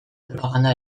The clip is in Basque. propaganda